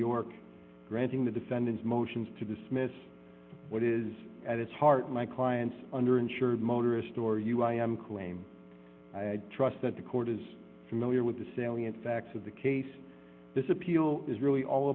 york granting the defendant's motions to dismiss what is at its heart my client's under insured motorist or you i am claim i trust that the court is familiar with the salient facts of the case this appeal is really all